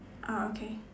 uh okay